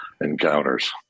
encounters